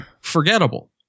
forgettable